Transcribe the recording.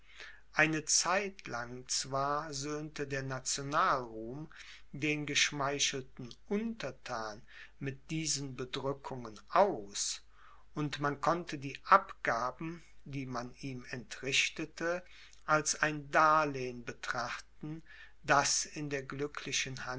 eine zeit lang zwar söhnte der nationalruhm den geschmeichelten unterthan mit diesen bedrückungen aus und man konnte die abgaben die man ihm entrichtete als ein darlehn betrachten das in der